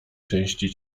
części